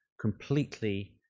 completely